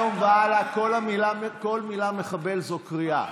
מהיום והלאה כל מילה "מחבל" זו קריאה.